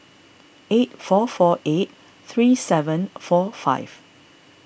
eight four four eight three seven four five